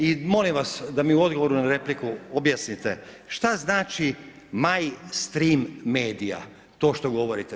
I molim vas da mi u odgovoru na repliku objasnite, šta znači – maj strim medija – to što govorite.